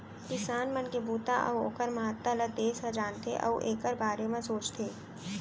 किसान मन के बूता अउ ओकर महत्ता ल देस ह जानथे अउ एकर बारे म सोचथे